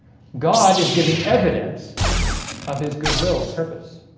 god is giving evidence of his good will and purpose